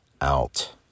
out